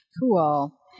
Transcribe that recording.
Cool